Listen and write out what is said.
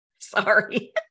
Sorry